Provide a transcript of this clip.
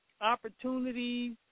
opportunities